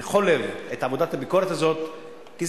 אוקיי.